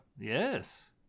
Yes